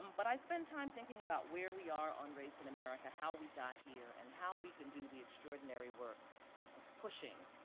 but i spend time thinking about where we are on race in america, how we got here and how we can do the extraordinary work of pushing